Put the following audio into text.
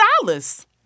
dollars